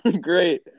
Great